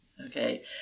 Okay